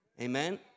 Amen